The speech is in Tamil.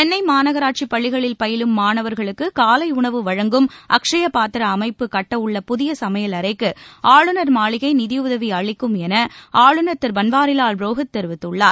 சென்னை மாநகராட்சிப் பள்ளிகளில் பயிலும் மாணவர்களுக்கு காலை உணவு வழங்கும் அக்ஷய பாத்திரா அமைப்பு கட்ட உள்ள புதிய சமையல் அறைக்கு ஆளுநர் மாளிகை நிதியுதவி அளிக்கும் என ஆளுநர் திரு பன்வாரிலால் புரோஹித் தெரிவித்துள்ளார்